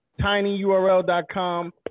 tinyurl.com